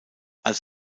als